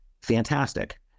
fantastic